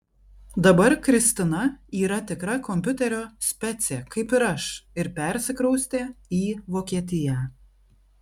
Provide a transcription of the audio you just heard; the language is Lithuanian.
dabar kristina yra tikra kompiuterio specė kaip ir aš ir persikraustė į vokietiją